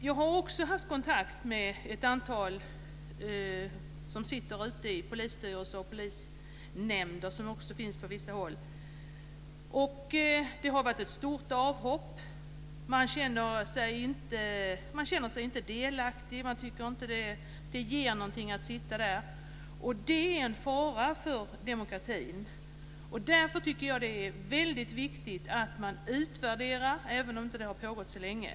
Jag har också haft kontakt med ett antal personer som sitter i polisstyrelser och polisnämnder, som också finns på vissa håll, och där har det varit stora avhopp. De känner sig inte delaktiga. De tycker inte att det ger någonting att sitta där. Det är en fara för demokratin. Därför tycker jag att det är väldigt viktigt att utvärdera, även om det inte har pågått så länge.